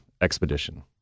expedition